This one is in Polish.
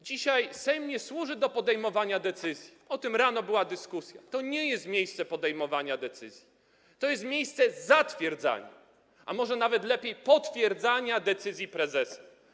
Dzisiaj Sejm nie służy do podejmowania decyzji, o tym rano była dyskusja, to nie jest miejsce podejmowania decyzji, to jest miejsce zatwierdzania, a może nawet lepiej: potwierdzania decyzji prezesa.